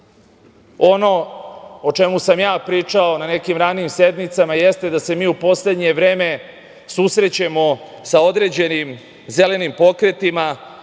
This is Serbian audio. ono o čemu sam ja pričao na nekim ranijim sednicama jeste da se mi u poslednje vreme susrećemo sa određenim zelenim pokretima